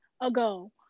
ago